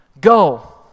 Go